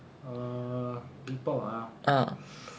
err இப்பவா:ippavaa